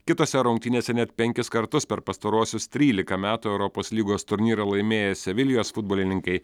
kitose rungtynėse net penkis kartus per pastaruosius trylika metų europos lygos turnyrą laimėję sevilijos futbolininkai